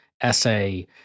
essay